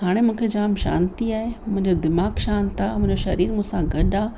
हाणे मूंखे जाम शांती आहे मुंहिंजो दीमाग़ु शांत आहे मुंहिंजो शरीर मुसां गॾ आहे